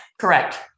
correct